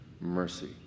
mercy